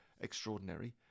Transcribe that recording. extraordinary